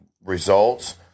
results